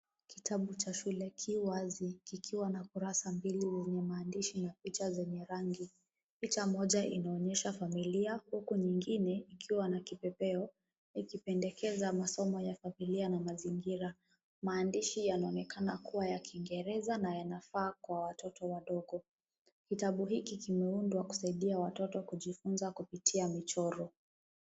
Kitabu cha shule ki wazi kikiwa na kurasa mbili wenye maandishi na picha zenye rangi. Picha moja inaonyesha familia huku nyingine ikiwa na kipepeo ikipendekeza masomo ya familia na mazingira. Maandishi yanaonekana kuwa ya Kingereza na yanafaa kwa watoto wadogo. Kitabu hiki kimeundwa kusaidia watoto kujifunza kupitia michoro.